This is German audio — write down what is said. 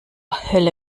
hölle